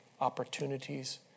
opportunities